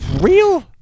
real